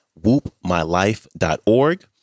WHOOPMyLife.org